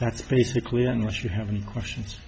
that's basically unless you have any questions